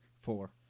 four